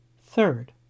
Third